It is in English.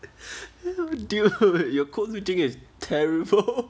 dude your code switching is terrible